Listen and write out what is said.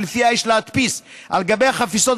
שלפיה יש להדפיס על גבי החפיסות